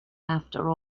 after